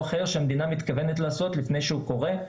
אחר שהמדינה מתכוונת לעשות עוד לפני שהוא קורה.